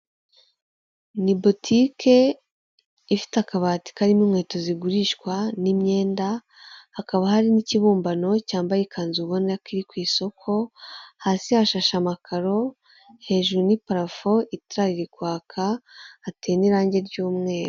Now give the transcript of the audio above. Ni botike ifite akabati karimo inkweto zigurishwa n'imyenda hakaba hari n'ikibumbano cyambaye ikanzu ubona kiri ku isoko, hasi hashashe amakaro, hejuru ni parafo, itara riri, kwaka hateye n'irange ry'umweru.